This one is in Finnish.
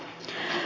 puhemies